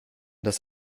das